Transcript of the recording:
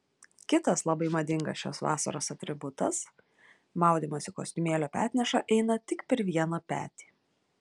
kitas labai madingas šios vasaros atributas maudymosi kostiumėlio petneša eina tik per vieną petį